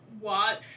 watch